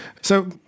So-